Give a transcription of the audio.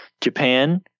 japan